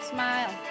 Smile